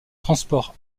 transport